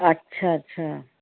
अच्छा अच्छा